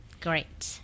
Great